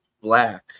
Black